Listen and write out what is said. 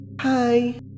Hi